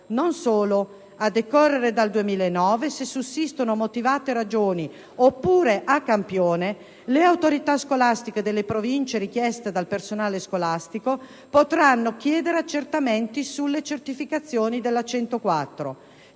Non solo: a decorrere dal 2009, se sussistono motivate ragioni oppure a campione, le autorità scolastiche delle province richieste dal personale scolastico potranno chiedere accertamenti sulle certificazioni relative